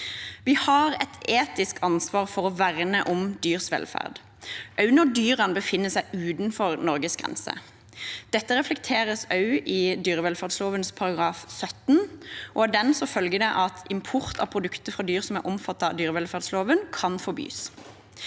Vi har et etisk ansvar for å verne om dyrs velferd, også når dyrene befinner seg utenfor Norges grenser. Dette reflekteres også i dyrevelferdsloven § 17. Av den følger det at import av produkter fra dyr som er omfattet av dyrevelferdsloven, kan forbys.